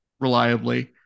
reliably